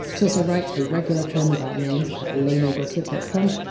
she so writes a regular column about names at laineygossip dot com,